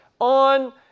On